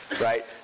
right